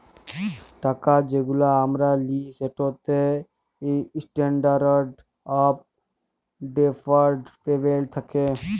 টাকা যেগুলা আমরা লিই সেটতে ইসট্যান্ডারড অফ ডেফার্ড পেমেল্ট থ্যাকে